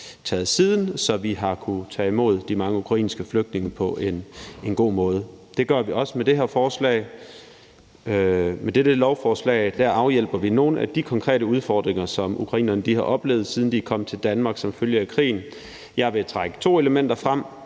foretaget siden, så vi har kunnet tage imod de mange ukrainske flygtninge på en god måde. Det gør vi også med det her forslag. Med dette lovforslag afhjælper vi nogle af de konkrete udfordringer, som ukrainerne har oplevet, siden de er kommet til Danmark som følge af krigen. Jeg vil trække to elementer frem.